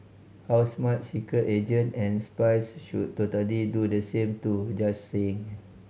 how smart secret agent and spies should totally do the same too just saying